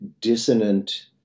dissonant